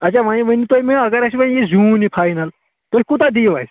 اچھا وۅنۍ ؤنِو تُہۍ مےٚ اگر اَسہِ وۅنۍ یہِ زیوٗن یہِ فاینَل تُہۍ کوٗتاہ دِیِو اَسہِ